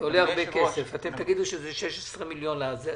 עולה הרבה כסף ואתם תגידו שזה 16 מיליון שקלים..